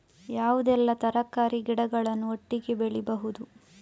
ಯಾವುದೆಲ್ಲ ತರಕಾರಿ ಗಿಡಗಳನ್ನು ಒಟ್ಟಿಗೆ ಬೆಳಿಬಹುದು?